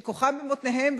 שכוחם במותניהם,